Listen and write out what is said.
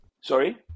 Sorry